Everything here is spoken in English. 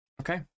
Okay